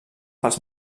pels